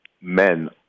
men